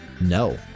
No